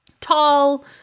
tall